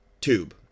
tube